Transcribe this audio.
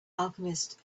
alchemist